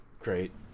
Great